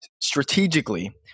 strategically